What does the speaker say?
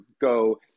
go